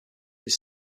his